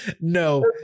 No